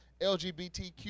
LGBTQ